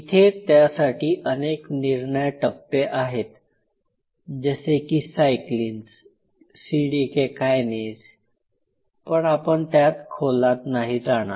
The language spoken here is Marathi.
इथे त्यासाठी अनेक निर्णय टप्पे आहेत जसे की सायक्लीन्स सीडीके काईनेज पण आपण त्यात खोलात नाही जाणार